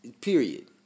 Period